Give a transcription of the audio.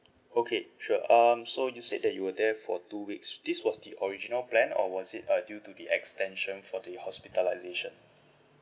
okay sure um so you said that you were there for two weeks this was the original plan or was it uh due to the extension for the hospitalization